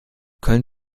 können